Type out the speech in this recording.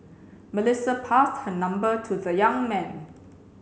Melissa passed her number to the young man